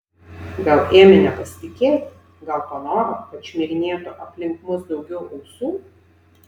gal ėmė nepasitikėti gal panoro kad šmirinėtų aplink mus daugiau ausų